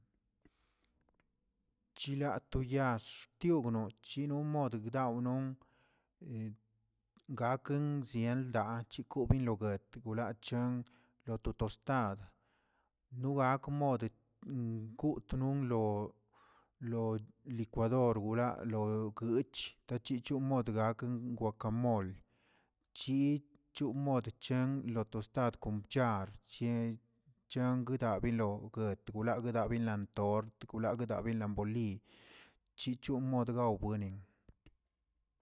Chila to yaax tiugno chino mod digdawnon gakə zieldaa chikon biloguet wlaꞌchan lo to tostad no gak modə kutꞌ nonlo lo- lucuador wla, lo kochə daa chichon mod gakə wakamol, chid mod chan lo tostad kon bchard ch- changuida binlo etgon lagunlabilan tort, lagunlabilan boliy, chichod gaw buenin.